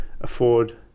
afford